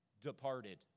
departed